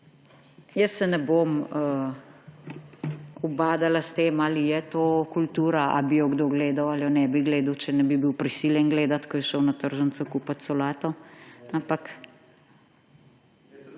Jaz se ne bom ubadala s tem, ali je to kultura, ali bi jo kdo gledal ali je ne bi gledal, če je ne bi bil prisiljen gledati, ko je šel na tržnico kupit solato,